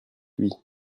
lui